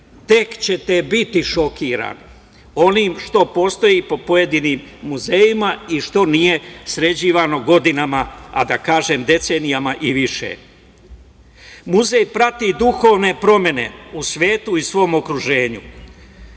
tek ćete biti šokirani onim što postoji u pojedinim muzejima i što nije sređivano godinama, a da kažem, decenijama i više. Muzej prati duhovne promene u svetu i svom okruženju.